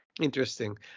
Interesting